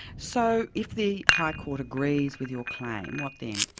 so, if the high court agrees with your claim, what then?